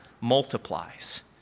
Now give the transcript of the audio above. multiplies